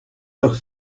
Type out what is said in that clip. leurs